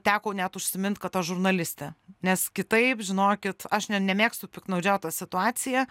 teko net užsimint kad aš žurnalistė nes kitaip žinokit aš ne nemėgstu piktnaudžiaut ta situacija